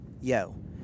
Yo